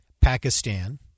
Pakistan